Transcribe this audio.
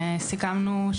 העונשין,